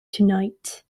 tonight